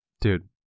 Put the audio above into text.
Dude